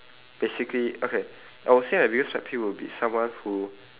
basically okay I would say my biggest pet peeve would be someone who